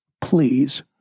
please